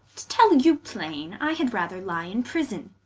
to tell you plaine, i had rather lye in prison